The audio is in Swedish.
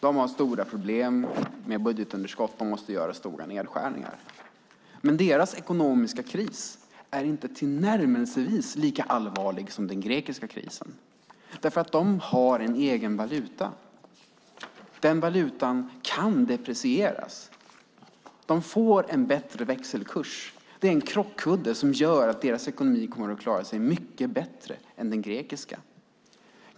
De har stora problem med budgetunderskott och måste göra stora nedskärningar. Men deras ekonomiska kris är inte tillnärmelsevis lika allvarlig som den grekiska krisen, för Storbritannien har en egen valuta. Den valutan kan deprecieras. De får en bättre växelkurs. Det är en krockkudde som gör att Storbritanniens ekonomi kommer att klara sig mycket bättre än den grekiska.